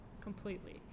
completely